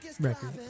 record